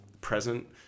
present